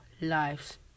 lives